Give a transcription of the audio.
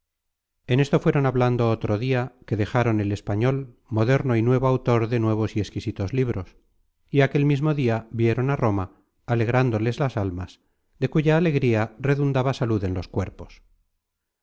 en esto fueron hablando otro dia que dejaron al español moderno y nuevo autor de nuevos y exquisitos libros y aquel mismo dia vieron á roma alegrándoles las almas de cuya alegría redundaba salud en los cuerpos